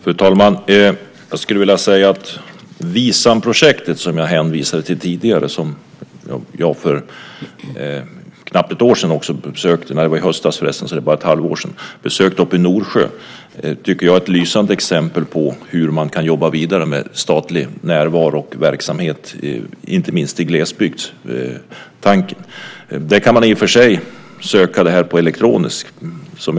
Fru talman! Jag skulle vilja säga att Visamprojektet, som jag hänvisade till tidigare och som jag besökte uppe i Norsjö i höstas, är ett lysande exempel på hur man kan jobba vidare med statlig närvaro och verksamhet, inte minst i glesbygden. Där kan man i och för sig söka detta på elektronisk väg.